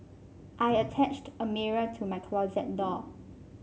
I attached a mirror to my closet door